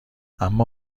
اما